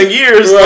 years